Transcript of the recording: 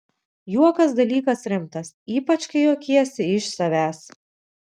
juokas dalykas rimtas ypač kai juokies iš savęs